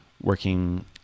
working